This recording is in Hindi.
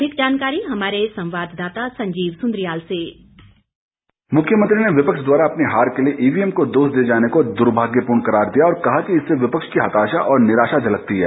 अधिक जानकारी हमारे संवाददाता संजीव सुंद्रियाल से डिस्पैच मुख्यमंत्री ने विपक्ष द्वारा अपनी हार के लिए ईवीएम को दोष दिए जाने को दुर्भाग्यपूर्ण करार दिया और कहा कि इससे विपक्ष की हताशा और निराशा झलकती है